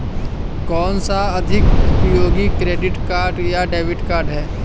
कौनसा अधिक उपयोगी क्रेडिट कार्ड या डेबिट कार्ड है?